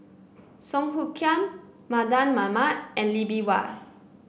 Song Hoot Kiam Mardan Mamat and Lee Bee Wah